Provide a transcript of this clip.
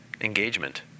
engagement